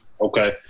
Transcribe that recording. Okay